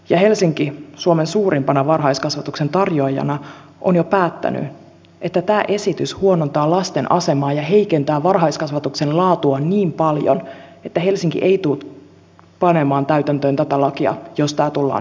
helsinki suomen suurimpana varhaiskasvatuksen tarjoajana on jo päättänyt että tämä esitys huonontaa lasten asemaa ja heikentää varhaiskasvatuksen laatua niin paljon että helsinki ei tule panemaan täytäntöön tätä lakia jos tämä tullaan hyväksymään